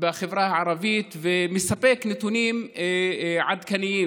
בחברה הערבית ומספק נתונים עדכניים.